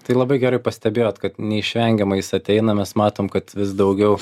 tai labai gerai pastebėjot kad neišvengiamai jis ateina mes matom kad vis daugiau